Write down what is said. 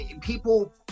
People